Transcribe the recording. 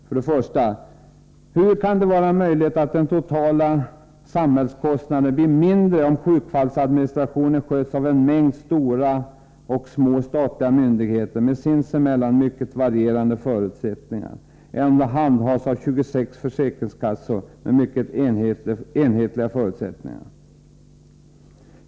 För det första: ”Hur kan det vara möjligt att den totala samhällskostnaden blir mindre om sjukfallsadministrationen sköts av en stor mängd stora och små statliga myndigheter med sinsemellan mycket varierande förutsättningar än om den handhas av 26 försäkringskassor med mycket enhetliga förutsättningar?